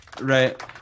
Right